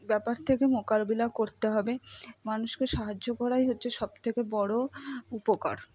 ব্যাপার থেকে মোকারবিলা করতে হবে মানুষকে সাহায্য করাই হচ্ছে সবথেকে বড়ো উপকার